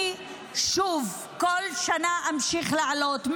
אני שוב, כל שנה, אמשיך להעלות.